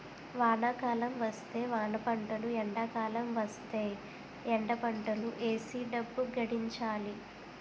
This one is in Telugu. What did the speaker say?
వానాకాలం వస్తే వానపంటలు ఎండాకాలం వస్తేయ్ ఎండపంటలు ఏసీ డబ్బు గడించాలి